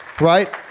right